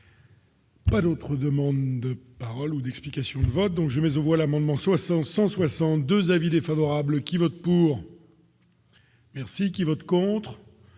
Pas d'autres demandes de paroles ou d'explications de vote donc jamais aux voix l'amendement soit 100 162 avis défavorable qui vote pour. Merci qui vote contre.